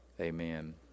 amen